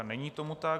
Není tomu tak.